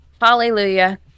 Hallelujah